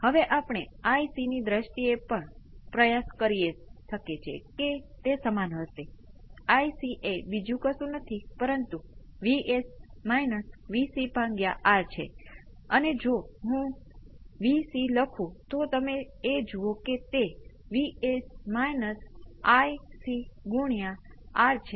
તેથી આપણે પહેલાથી જ એક્સ્પોનેંસિયલ s t નો ઉકેલ જાણીએ છીએ તેથી આ કંઈ નથી પરંતુ ફરીથી મારી પાસે અહીં બીજી પાઇ છે તમે આ જે કરો છો તે exponential j ϕ exponential j ω t છે